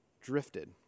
drifted